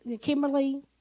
Kimberly